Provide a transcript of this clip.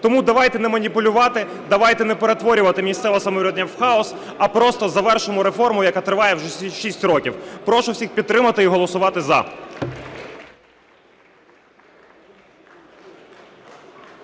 Тому давайте не маніпулювати, давайте не перетворювати місцеве самоврядування в хаос, а просто завершимо реформу, яка триває вже 6 років. Прошу всіх підтримати і голосувати "за".